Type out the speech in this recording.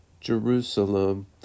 Jerusalem